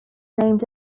named